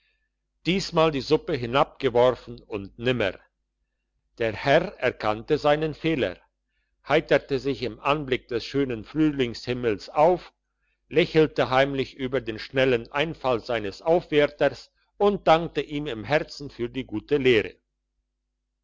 diesmal die suppe hinabgeworfen und nimmer der herr erkannte seinen fehler heiterte sich im anblick des schönen frühlingshimmels auf lächelte heimlich über den schnellen einfall seines aufwärters und dankte ihm im herzen für die gute lehre